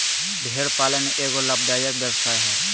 भेड़ पालन एगो लाभदायक व्यवसाय हइ